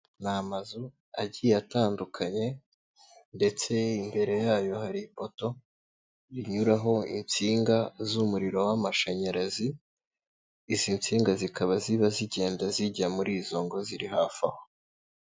Ni amazu agiye atandukanye ndetse imbere yayo hari ipoto rinyuraho insinga z'umuriro w'amashanyarazi, izi nsinga zikaba ziba zigenda zijya muri izo ngo ziri hafi aho.